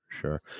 Sure